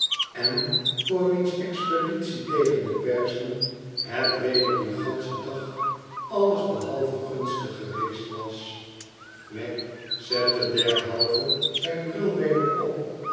en voor wiens expeditie tegen de perzen het weder dien ganschen dag alles behalve gunstig geweest was wegg zette derhalve zijn bril weder op